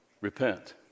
Repent